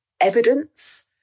evidence